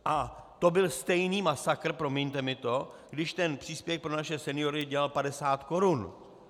A to byl stejný masakr, promiňte mi to, když ten příspěvek pro naše seniory dělal 50 korun.